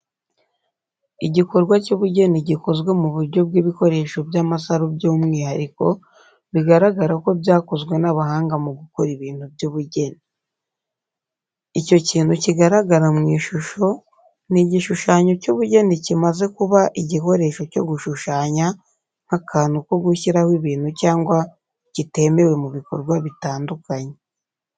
Igikorwa cy'ubugeni gikozwe mu buryo bw'ibikoresho bw'amasaro by’umwihariko, bigaragara ko byakozwe n’abahanga mu gukora ibintu by’ubugeni. Icyo kintu kigaragara mu ishusho ni igishushanyo cy’ubugeni kimaze kuba igikoresho cyo gushushanya nk’akantu ko gushyiraho ibintu cyangwa kitemewe mu bikorwa bitandukanye.